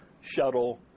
shuttle